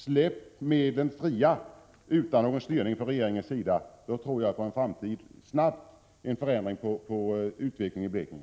Släpp medlen fria utan någon styrning från regeringens sida! Då tror jag på en snabb förändring av utvecklingen i Blekinge.